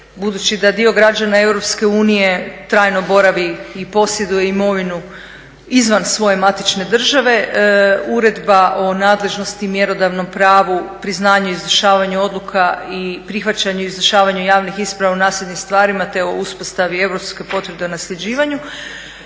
Budući da dio građana Europske unije trajno boravi i posjeduje imovinu izvan svoje matične države Uredba o nadležnosti, mjerodavnom pravu, priznavanju i izvršavanju odluka i prihvaćanju i izvršavanju javnih isprava u nasljednim stvarima te o uspostavi Europske potvrde o nasljeđivanju